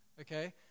okay